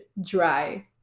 dry